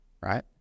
right